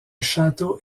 château